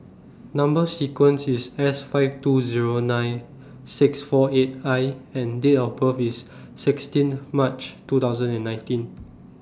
Number sequence IS S five two Zero nine six four eight I and Date of birth IS sixteen March two thousand and nineteen